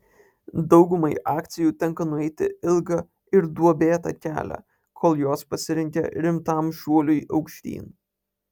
daugumai akcijų tenka nueiti ilgą ir duobėtą kelią kol jos pasirengia rimtam šuoliui aukštyn